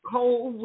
Cold